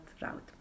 route